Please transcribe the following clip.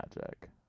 magic